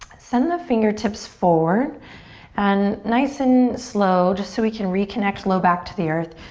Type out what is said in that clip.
send the fingertips forward and nice and slow, just so we can reconnect low back to the earth.